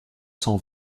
cent